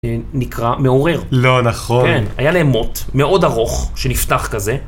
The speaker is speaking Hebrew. נקרא מעורר לא נכון היה להם מוט מאוד ארוך שנפתח כזה.